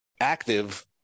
active